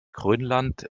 grönland